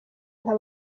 nka